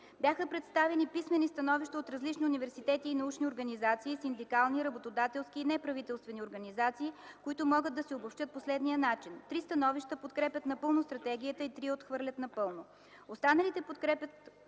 Бяха представени писмени становища от различни университети и научни организации, синдикални, работодателски и неправителствени организации, които могат да се обобщят по следния начин: Три становища подкрепя напълно стратегията и три я отхвърлят напълно. Останалите подкрепят